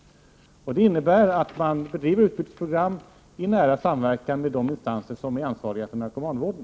Det innebär att man bedriver utbytesprogram i nära samverkan med de instanser som är ansvariga för narkomanvården.